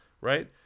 right